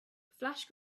flash